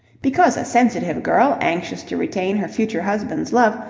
because a sensitive girl, anxious to retain her future husband's love,